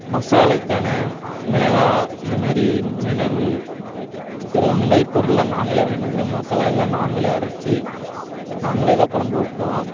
மசாலுக்கான மிளகா இந்த மாரி மிளகு சீரகம் இந்த மாரி பொருள்லாம் நாங்களே வாங்கிட்டு வந்து மசாலா எல்லாம் நாங்களே அரைச்சி நாங்களே தான் குழம்பு வைப்போம்